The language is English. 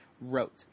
wrote